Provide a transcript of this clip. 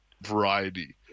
variety